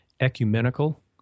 ecumenical